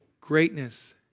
Greatness